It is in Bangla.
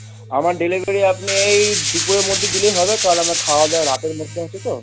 আমার ডেলিভারি আপনি এই দুপুরের মধ্যে দিলেই হবে কারণ আমার খাওয়া দাওয়া রাতের মধ্যে আছে তো